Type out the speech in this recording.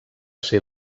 ser